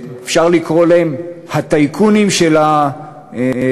אפשר לקרוא להם "הטייקונים של הדבוראים".